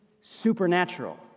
supernatural